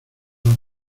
las